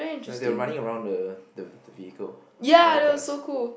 and they are running around the the vehicle the carts